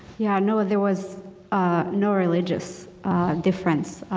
yeah, no there was ah no religious difference.